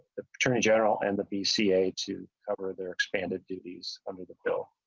the attorney general and the bca to cover their expanded duties under the bill.